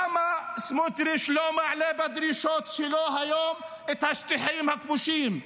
למה סמוטריץ' לא מעלה בדרישות שלו היום את השטחים הכבושים?